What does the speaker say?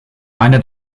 eine